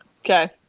Okay